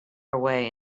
away